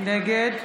נגד